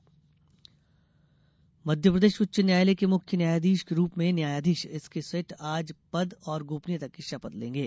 मुख्य न्यायाधीश मध्यप्रदेश उच्च न्यायालय के मुख्य न्यायाधीश के रूप में न्यायाधीश एसके सेठ आज पद और गोपनियता की शपथ लेंगे